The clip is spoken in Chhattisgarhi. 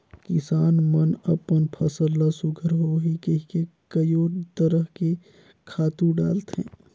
किसान मन अपन फसल ल सुग्घर होही कहिके कयो तरह के खातू डालथे